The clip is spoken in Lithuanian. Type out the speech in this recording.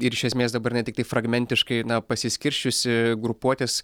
ir iš esmės dabar jinai tiktai fragmentiškai pasiskirsčiusi grupuotės